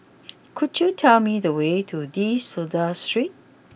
could you tell me the way to De Souza Street